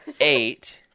eight